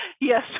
Yes